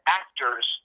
actors